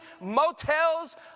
motels